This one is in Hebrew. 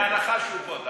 בהנחה שהוא פה,